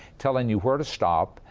telling you where to stop,